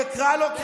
אני רוצה לומר לך,